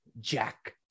Jack